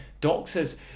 doctors